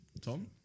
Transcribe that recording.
Tom